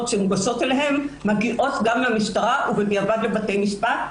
שמוגשות אליהם מגיעות גם למשטרה ובדיעבד לבתי משפט.